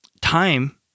time